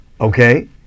Okay